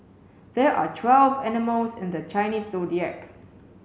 there are twelve animals in the Chinese Zodiac